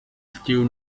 still